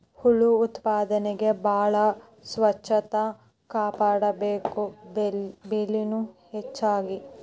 ಹುಳು ಉತ್ಪಾದನೆಗೆ ಬಾಳ ಸ್ವಚ್ಚತಾ ಕಾಪಾಡಬೇಕ, ಬೆಲಿನು ಹೆಚಗಿ